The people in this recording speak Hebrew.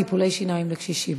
טיפולי שיניים לקשישים.